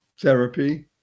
therapy